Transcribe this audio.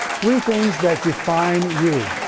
three things that define you.